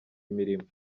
imirimo